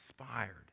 inspired